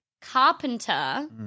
carpenter